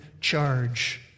charge